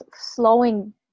slowing